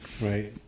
Right